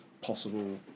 possible